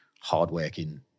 hardworking